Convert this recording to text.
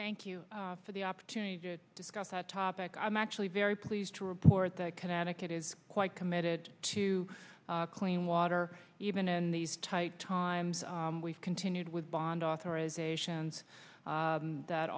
thank you for the opportunity to discuss that topic i'm actually very pleased to report that connecticut is quite committed to clean water even in these tight times we've continued with bond authorizations that